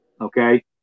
okay